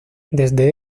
desde